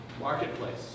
marketplace